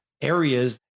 areas